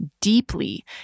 deeply